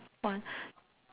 one